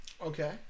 Okay